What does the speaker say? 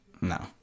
No